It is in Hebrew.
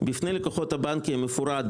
"בפני לקוחות הבנק יהיה מפורט,